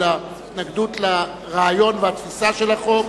אלא התנגדות לרעיון ולתפיסה של החוק.